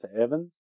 Evans